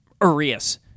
Arias